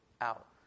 out